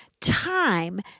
time